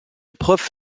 épreuves